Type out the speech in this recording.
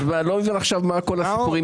אני לא מבין עכשיו מה כל הסיפורים מסביב.